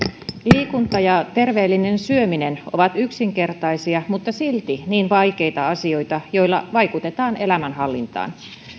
liikunta ja terveellinen syöminen ovat yksinkertaisia mutta silti niin vaikeita asioita joilla vaikutetaan elämänhallintaan